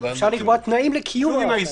אפשר לקבוע תנאים לקיום ההגבלה.